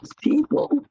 people